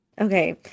okay